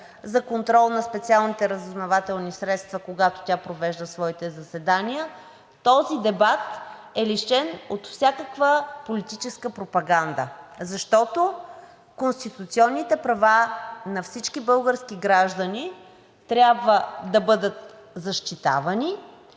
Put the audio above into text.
за контрол на специалните разузнавателни средства, когато тя провежда своите заседания, този дебат е лишен от всякаква политическа пропаганда, защото конституционните права на всички български граждани трябва да бъдат защитавани